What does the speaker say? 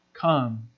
come